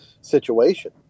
situation